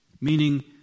meaning